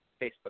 Facebook